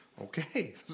okay